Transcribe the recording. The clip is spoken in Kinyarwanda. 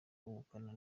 ubukana